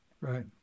Right